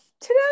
today